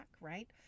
right